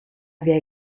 viaj